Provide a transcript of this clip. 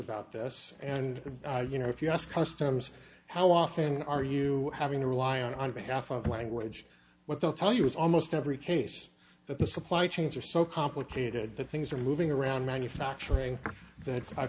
about this and you know if you ask customs how often are you having to rely on behalf of language what they'll tell you is almost every case that the supply chains are so complicated that things are moving around manufacturing that